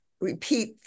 repeat